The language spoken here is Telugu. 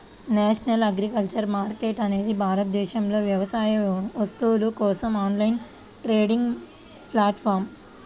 నేషనల్ అగ్రికల్చర్ మార్కెట్ అనేది భారతదేశంలోని వ్యవసాయ వస్తువుల కోసం ఆన్లైన్ ట్రేడింగ్ ప్లాట్ఫారమ్